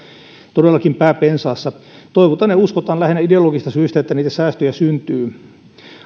todellakin pää pensaassa toivotaan ja uskotaan lähinnä ideologisista syistä että niitä säästöjä syntyy